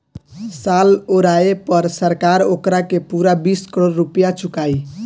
साल ओराये पर सरकार ओकारा के पूरा बीस करोड़ रुपइया चुकाई